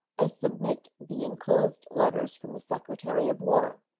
i submit the inclosed letters from the secretary of war,